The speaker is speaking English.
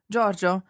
Giorgio